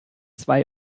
zwei